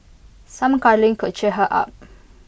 some cuddling could cheer her up